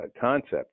concept